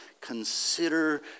consider